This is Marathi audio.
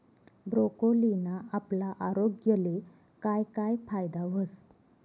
ब्रोकोलीना आपला आरोग्यले काय काय फायदा व्हस